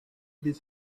this